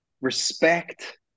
respect